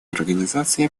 организации